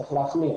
צריך להחמיר.